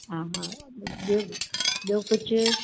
हा हा ॿियो ॿियो कुझु